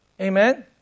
Amen